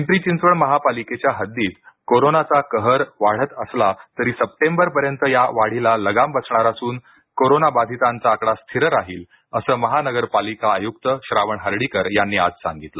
पिंपरी चिंचवड महापालिकेच्या हद्दीत कोरोनाचा कहर वाढत असला तरी सप्टेंबरपर्यंत या वाढीला लगाम बसणार असून कोरोनाबाधितांचा आकडा स्थिर राहील असं महानगरपालिका आयुक्त श्रावण हर्डीकर यांनी आज सांगितलं